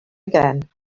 again